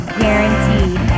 guaranteed